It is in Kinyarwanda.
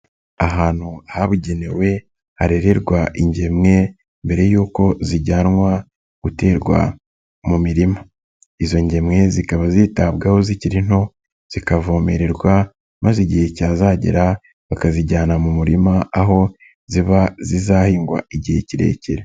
Ahantu ahabugenewe harererwa ingemwe mbere y'uko zijyanwa guterwa mu mirima. Izo ngemwe zikaba zitabwaho zikiri nto zikavomererwa maze igihe cyazagera bakazijyana mu murima aho ziba zizahingwa igihe kirekire.